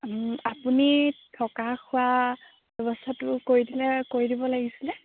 আপুনি থকা খোৱা ব্যৱস্থাটো কৰি দিলে কৰি দিব লাগিছিলে